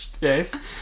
Yes